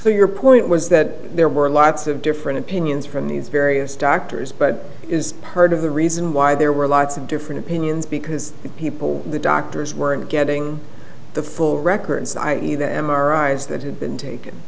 so your point was that there were lots of different opinions from these various doctors but is part of the reason why there were lots of different opinions because people the doctors weren't getting the full records i e the m r i eyes that